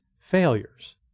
failures